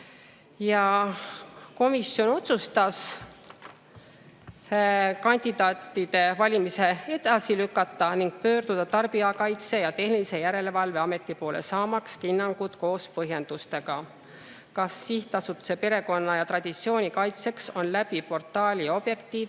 Ja komisjon otsustas kandidaatide valimise edasi lükata ning pöörduda Tarbijakaitse ja Tehnilise Järelevalve Ameti poole, saamaks hinnangut koos põhjendustega, kas sihtasutus Perekonna ja Traditsiooni Kaitseks on portaali Objektiiv